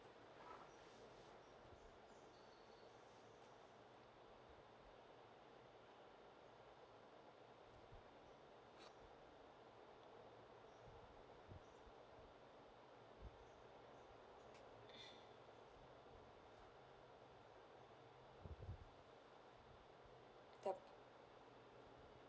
the